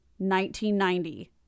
1990